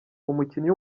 umukinnyi